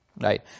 right